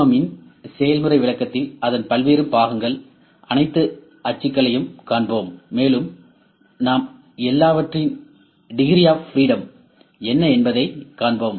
M இன் செயல்முறை விளக்கத்தில் அதன் பல்வேறு பாகங்கள்அனைத்து அச்சுகளையும் காண்போம் மேலும் நாம் எல்லாவற்றின் டிகிரி ஆ்ப் பிரிடம் என்ன என்பதைக் காண்போம்